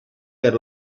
per